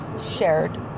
shared